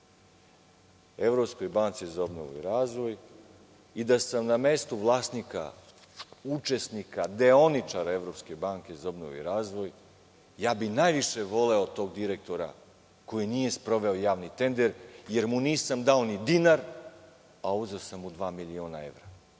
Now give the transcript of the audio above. Evropskoj banci za obnovu i razvoj i da sam na mestu vlasnika, učesnika, deoničara Evropske banke za obnovu i razvoj, ja bih najviše voleo tog direktora koji nije sproveo javni tender, jer mu nisam dao ni dinar a uzeo sam mu dva miliona evra.